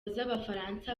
z’abafaransa